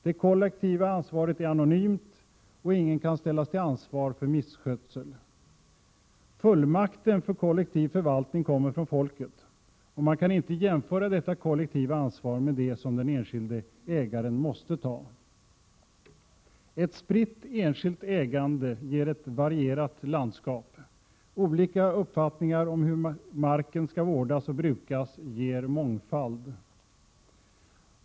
Det kollektiva ansvaret är anonymt, och ingen kan ställas till ansvar för misskötsel. Fullmakten till kollektiv förvaltning kommer från folket, och man kan inte jämföra detta kollektiva ansvar med det som den enskilde ägaren måste ta. Ett spritt enskilt ägande ger ett varierat landskap. Olika uppfattningar om hur marken skall vårdas och brukas ger mångfald.